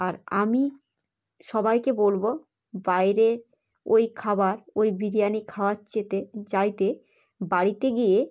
আর আমি সবাইকে বলবো বাইরে ওই খাবার ওই বিরিয়ানি খাওয়ার চেতে চাইতে বাড়িতে গিয়ে